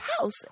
house